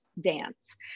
dance